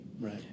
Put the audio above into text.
Right